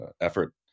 effort